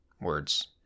words